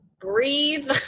breathe